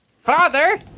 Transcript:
Father